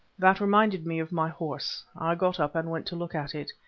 that reminded me of my horse i got up and went to look at it.